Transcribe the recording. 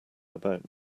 about